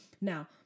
Now